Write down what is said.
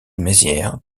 mézières